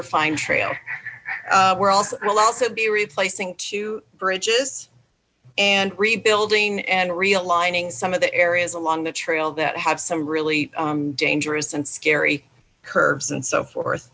er fine trail where else we'll also be replacing two bridges and rebuilding and realigning some of the areas along the trail that have some really dangerous and scary curbs and so forth